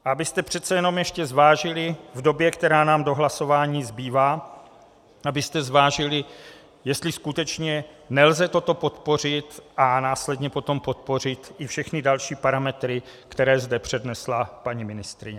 A abyste přece jenom ještě zvážili v době, která nám do hlasování zbývá, jestli skutečně nelze toto podpořit a následně potom podpořit i všechny další parametry, které zde přednesla paní ministryně.